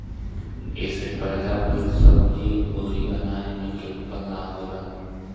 एसे पैदा भइल सब्जी अउरी अनाज में केमिकल ना होला